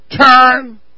turn